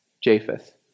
Japheth